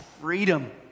freedom